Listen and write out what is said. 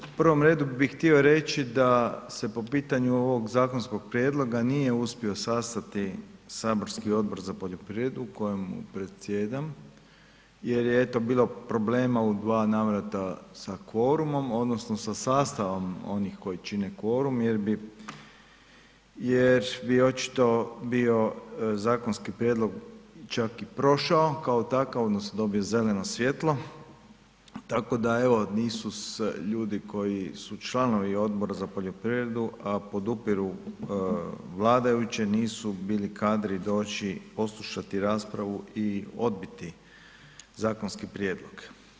U prvom redu bi htio reći da se po pitanju ovog zakonskog prijedloga nije uspio sastati saborski Odbor za poljoprivredu kojemu predsjedam jer je eto bilo problema u dva navrata sa kvorumom odnosno sa sastavom onih koji čine kvorum jer bi, jer bi očito bio zakonski prijedlog čak i prošao kao takav odnosno dobio zeleno svjetlo, tako da evo nisu se ljudi koji su članovi Odbori za poljoprivredu, a podupiru vladajuće, nisu bili kadri doći poslušati raspravu i odbiti zakonski prijedlog.